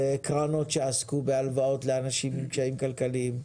וקרנות שעסקו בהלוואות לאנשים עם קשיים כלכליים.